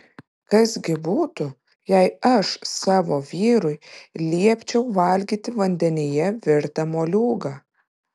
kas gi būtų jei aš savo vyrui liepčiau valgyti vandenyje virtą moliūgą